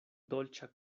dolĉa